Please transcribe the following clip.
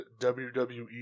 WWE